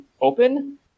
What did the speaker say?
open